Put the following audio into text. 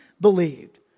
believed